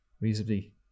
reasonably